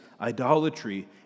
idolatry